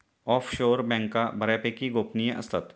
offshore बँका बऱ्यापैकी गोपनीय असतात